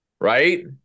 Right